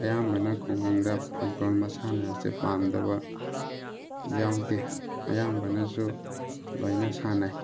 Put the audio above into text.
ꯑꯌꯥꯝꯕꯅ ꯈꯨꯡꯒꯪꯗ ꯐꯨꯠꯕꯣꯜ ꯃꯁꯥꯟꯅ ꯑꯁꯦ ꯄꯥꯝꯗꯕ ꯌꯥꯎꯗꯦ ꯑꯌꯥꯝꯕꯅꯁꯨ ꯂꯣꯏꯅ ꯁꯥꯟꯅꯩ